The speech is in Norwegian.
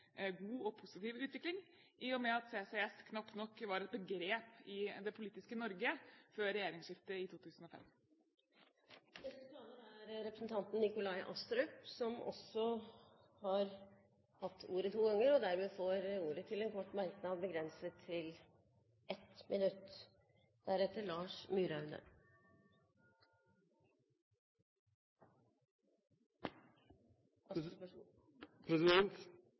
god og positiv utvikling, i og med at CCS knapt nok var et begrep i det politiske Norge før regjeringsskiftet i 2005. Representanten Nikolai Astrup har også hatt ordet to ganger tidligere og får ordet til en kort merknad, begrenset til 1 minutt.